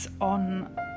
on